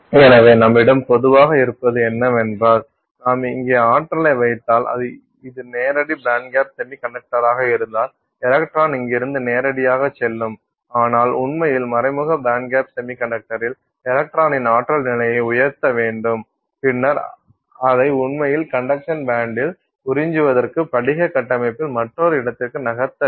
எனவே நம்மிடம் பொதுவாக இருப்பது என்னவென்றால் நாம் இங்கே ஆற்றலை வைத்தால் இது நேரடி பேண்ட்கேப் செமிகண்டக்டராக இருந்தால் எலக்ட்ரான் இங்கிருந்து நேராக செல்லும் ஆனால் உண்மையில் மறைமுக பேண்ட்கேப் செமிகண்டக்டரில் எலக்ட்ரானின் ஆற்றல் நிலையை உயர்த்த வேண்டும் பின்னர் அதை உண்மையில் கண்டக்ஷன் பேண்டில் உறிஞ்சுவதற்கு படிக கட்டமைப்பில் மற்றொரு இடத்திற்கு நகர்த்த வேண்டும்